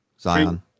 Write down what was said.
Zion